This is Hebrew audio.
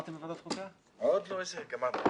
אני הופעתי מול עורכת דין עציון לפני 20 שנה בבית דין לעבודה.